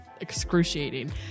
excruciating